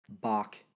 Bach